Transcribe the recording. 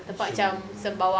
yishun